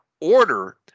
order